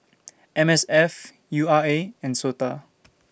M S F U R A and Sota